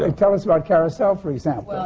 like tell us about carousel, for example.